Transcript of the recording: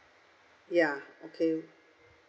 ya okay